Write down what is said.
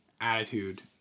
attitude